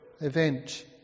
event